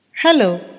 Hello